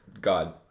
God